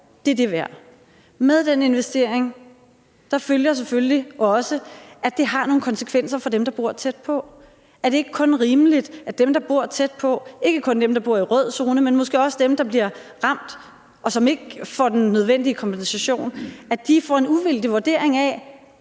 her er det værd. Med den investering følger selvfølgelig også nogle konsekvenser for dem, der bor tæt på. Er det ikke kun rimeligt, at dem, der bor tæt på – ikke kun dem, der bor i rød zone, men måske også dem, der bliver ramt, og som ikke får den nødvendige kompensation – får en uvildig vurdering af,